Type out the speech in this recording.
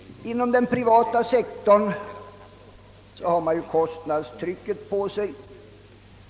Inom den privata sektorn har man ju kostnadstrycket på sig.